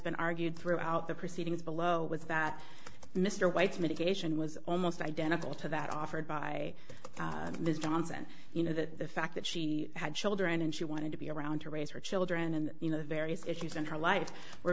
been argued throughout the proceedings below was that mr white's mitigation was almost identical to that offered by this johnson you know that the fact that she had children and she wanted to be around to raise her children and you know the various issues in her life were